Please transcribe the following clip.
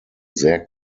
sehr